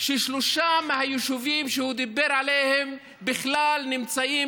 שלושה מהיישובים שהוא דיבר עליהם בכלל נמצאים